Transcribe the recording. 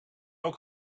ook